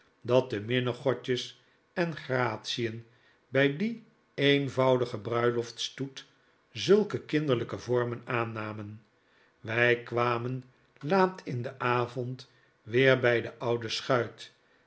dat de minnegodjes en gratien bij dien eenvoudigen bruiloftsstoet zulke kinderlijke vormen aannamen wij kwamen laat in den avond weer bij de oude schuit